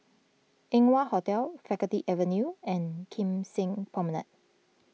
Eng Wah Hotel Faculty Avenue and Kim Seng Promenade